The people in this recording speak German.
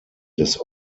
des